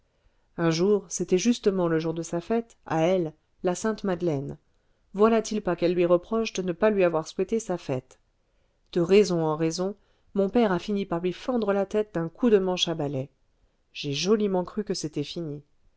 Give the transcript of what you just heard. un jour c'était justement le jour de sa fête à elle la sainte madeleine voilà-t-il pas qu'elle lui reproche de ne pas lui avoir souhaité sa fête de raisons en raisons mon père a fini par lui fendre la tête d'un coup de manche à balai j'ai joliment cru que c'était fini